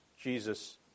Jesus